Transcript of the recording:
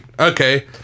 Okay